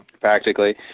Practically